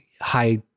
high